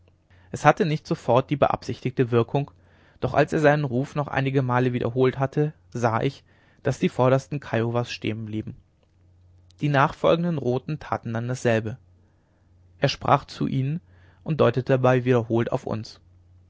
es hatte nicht sofort die beabsichtigte wirkung doch als er seinen ruf noch einige male wiederholt hatte sah ich daß die vordersten kiowas stehen blieben die nachfolgenden roten taten dann dasselbe er sprach zu ihnen und deutete dabei wiederholt auf uns